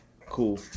Cool